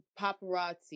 paparazzi